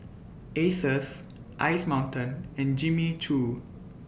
Asus Ice Mountain and Jimmy Choo